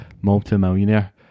multi-millionaire